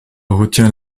retient